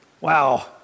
Wow